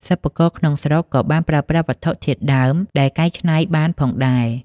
សិប្បករក្នុងស្រុកក៏បានប្រើប្រាស់វត្ថុធាតុដើមដែលកែច្នៃបានផងដែរ។